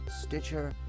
Stitcher